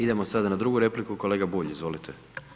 Idemo sada na drugu repliku, kolega Bulj, izvolite.